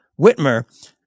Whitmer